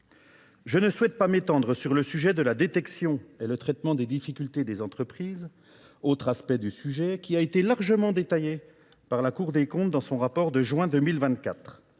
Je ne souhaite pas m'étendre sur le sujet de la détection et le traitement des difficultés des entreprises, autre aspect du sujet qui a été largement détaillé par la Cour des comptes dans son rapport de juin 2024.